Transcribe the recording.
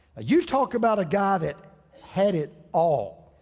you talk about a guy that had it all.